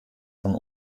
von